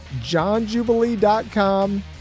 johnjubilee.com